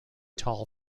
tall